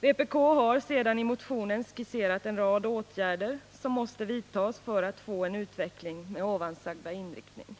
Vpk har sedan i motioner skisserat en rad åtgärder som måste vidtas för att vi skall få en utveckling med nämnda inriktning.